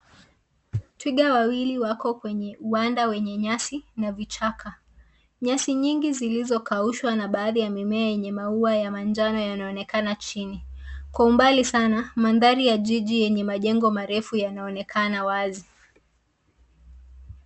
Twiga wawili wako kwenye uwanja wenye nyasi na vichaka. Nyasi nyingi zilizokaushwa na baadhi ya mimea yenye maua ya manjano yanaonekana chini. Kwa umbali sana mandhari ya jiji yenye majengo marefu yanaonekana wazi.